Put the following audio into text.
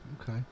Okay